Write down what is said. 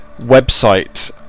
website